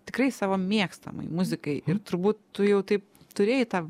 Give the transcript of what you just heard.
tikrai savo mėgstamai muzikai ir turbūt tu jau taip turėjai tą